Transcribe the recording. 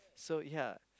so yea